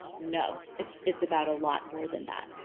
no, it's it's about a lot more than that.